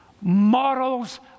Morals